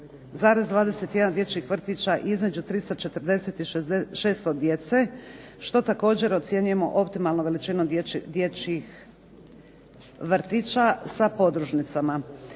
11,21 dječjih vrtića između 340 i 600 djece što također ocjenjujemo optimalnom veličinom dječjih vrtića sa podružnicama.